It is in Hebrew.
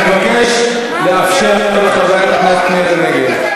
אני מבקש לאפשר לחברת הכנסת מירי רגב.